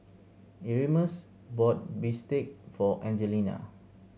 bought bistake for Angelina